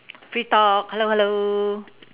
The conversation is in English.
free talk hello hello